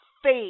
Faith